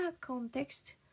context